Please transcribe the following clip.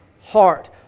heart